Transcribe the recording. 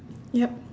yup